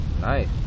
Nice